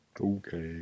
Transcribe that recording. Okay